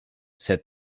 said